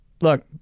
look